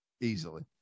easily